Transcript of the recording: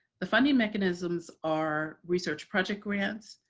the funding mechanisms are research project grants,